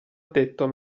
detto